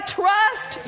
trust